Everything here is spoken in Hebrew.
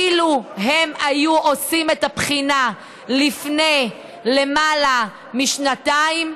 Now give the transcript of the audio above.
אילו הם היו עושים את הבחינה לפני למעלה משנתיים,